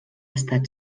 estat